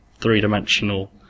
three-dimensional